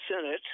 Senate